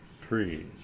trees